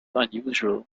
unusual